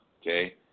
Okay